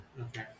Okay